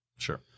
Sure